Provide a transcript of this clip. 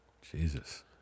Jesus